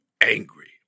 angry